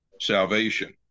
salvation